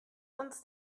uns